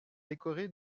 décoré